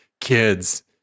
kids